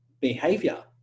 behavior